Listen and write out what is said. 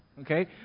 Okay